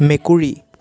মেকুৰী